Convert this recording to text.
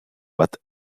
but